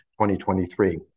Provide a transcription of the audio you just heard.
2023